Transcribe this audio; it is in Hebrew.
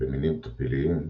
במינים טפיליים,